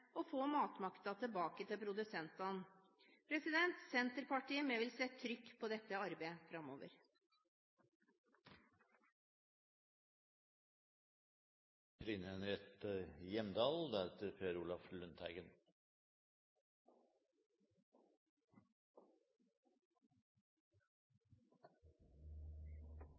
og få matmakta tilbake til produsentene. Senterpartiet vil sette trykk på dette arbeidet